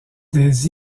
des